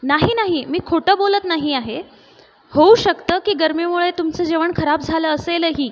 नाही नाही मी खोटं बोलत नाही आहे होऊ शकतं की गरमीमुळे तुमचं जेवण खराब झालं असेलही